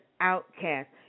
outcast